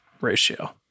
ratio